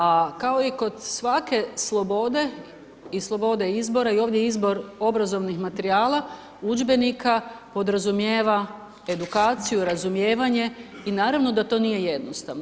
A kao i kod svake slobode i slobode izbora i ovdje izbor obrazovnih materijala, udžbenika podrazumijeva edukaciju, razumijevanje i naravno da to nije jednostavno.